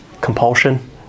Compulsion